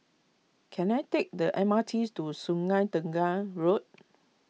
can I take the MRT's to Sungei Tengah Road